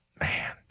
man